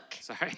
Sorry